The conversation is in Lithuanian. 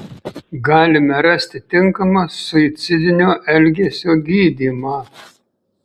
galime rasti tinkamą suicidinio elgesio gydymą